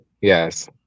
yes